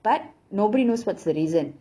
but nobody knows what's the reason